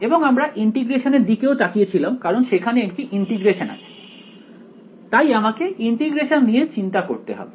এবং আমরা ইন্টিগ্রেশনের দিকেও তাকিয়ে ছিলাম কারণ সেখানে একটি ইন্টিগ্রেশন আছে তাই আমাকে ইন্টিগ্রেশন নিয়ে চিন্তা করতে হবে